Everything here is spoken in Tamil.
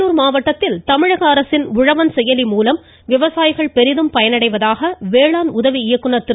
கடலூர் மாவட்டத்தில் தமிழக அரசின் உழவன் செயலி மூலம் விவசாயிகள் பெரிதும் பயனடைவதாக வேளாண் உதவி இயக்குநர் திரு